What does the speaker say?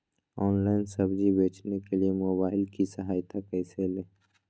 Online सब्जी बेचने के लिए मोबाईल की सहायता कैसे ले?